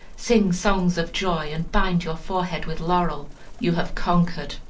sing songs of joy, and bind your forehead with laurel you have conquered!